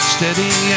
Steady